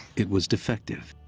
it was defective.